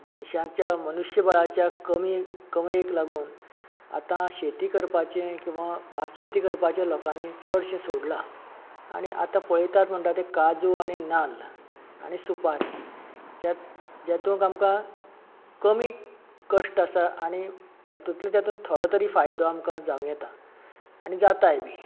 मनश्यांच्या मनुश्याबळाच्या कमी कमीयेक लागून आतां शेती करपाचे किंवां भात शेती करपाचें लोकांनी चडशें सोडला आनी आतां पळयतात म्हणटा ते काजू आनी नाल्ल आनी सुपारी ज्या ज्यातूंक आमकां कमी कश्ट आसा आनी त्यातुंतल्या तातूंत थोडो तरी फायदो आमका जांव येता आनी जाताय बी